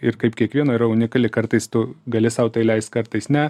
ir kaip kiekvieno yra unikali kartais tu gali sau tai leist kartais ne